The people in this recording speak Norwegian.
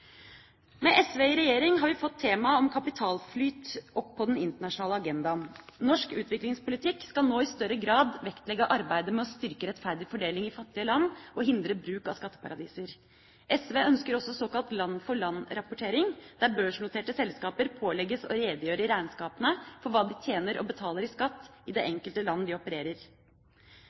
Med SV i regjering har vi fått temaet kapitalflyt opp på den internasjonale agendaen. Norsk utviklingspolitikk skal nå i større grad vektlegge arbeidet med å styrke rettferdig fordeling i fattige land og hindre bruk av skatteparadiser. SV ønsker også såkalt land for land-rapportering, der børsnoterte selskaper pålegges å redegjøre i regnskapene for hva de tjener og betaler i skatt i det enkelte land de opererer.